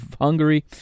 Hungary